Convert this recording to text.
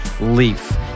Leaf